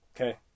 Okay